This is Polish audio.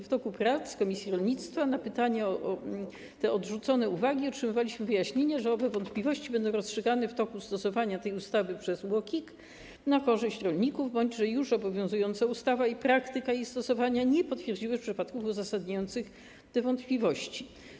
W czasie prac komisji rolnictwa na pytanie o te odrzucone uwagi otrzymywaliśmy wyjaśnienia, że owe wątpliwości będą rozstrzygane w toku stosowania tej ustawy przez UOKiK na korzyść rolników bądź że już obowiązująca ustawa i praktyka jej stosowania nie potwierdziły przypadków uzasadniających te wątpliwości.